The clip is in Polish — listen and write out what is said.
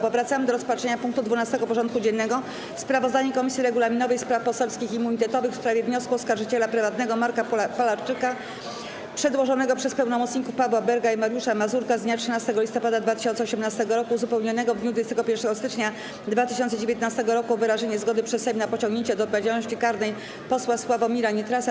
Powracamy do rozpatrzenia punktu 12. porządku dziennego: Sprawozdanie Komisji Regulaminowej, Spraw Poselskich i Immunitetowych w sprawie wniosku oskarżyciela prywatnego Marka Palarczyka przedłożonego przez pełnomocników Pawła Berga i Mariusza Mazurka z dnia 13 listopada 2018 r., uzupełnionego w dniu 21 stycznia 2019 r., o wyrażenie zgody przez Sejm na pociągnięcie do odpowiedzialności karnej posła Sławomira Nitrasa.